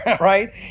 right